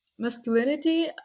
masculinity